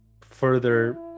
further